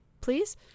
please